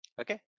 Okay